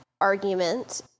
argument